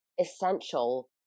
essential